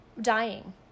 dying